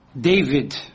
David